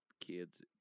kids